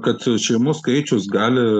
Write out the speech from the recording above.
kad šeimų skaičius gali